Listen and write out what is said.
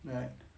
right